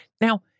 Now